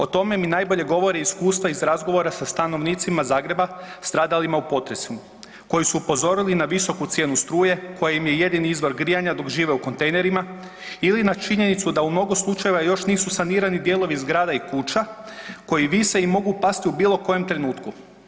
O tome mi najbolje govori iskustvo iz razgovora sa stanovnicima Zagreba stradalima u potresu koji su upozorili na visoku cijenu struje koja im je jedini izvor grijanja dok žive u kontejnerima ili na činjenicu da u mnogo slučajeva još nisu sanirani dijelovi zgrada i kuća koji vise i mogu pasti u bilo kojem trenutku.